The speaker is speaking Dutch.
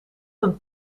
een